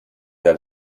der